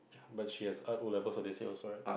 but she has art O-level for this year also right